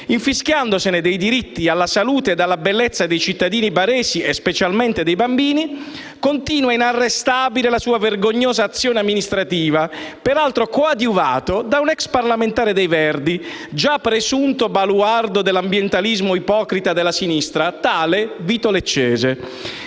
infischiandosene dei diritti alla salute ed alla bellezza dei cittadini baresi e, specialmente, dei bambini, continua inarrestabile la sua vergognosa azione amministrativa, peraltro coadiuvato da un ex parlamentare dei Verdi, già presunto baluardo dell'ambientalismo ipocrita della sinistra, tale Vito Leccese.